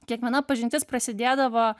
kiekviena pažintis prasidėdavo